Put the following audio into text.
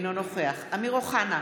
אינו נוכח אמיר אוחנה,